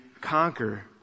conquer